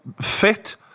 fit